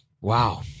wow